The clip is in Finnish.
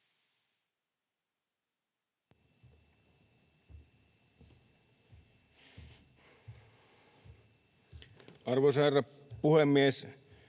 Arvoisa herra puhemies!